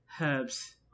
herbs